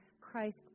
Christ